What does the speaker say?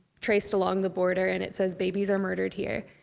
traced along the border, and it says babies are murdered here.